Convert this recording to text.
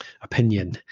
opinion